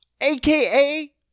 aka